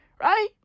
Right